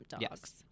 Dogs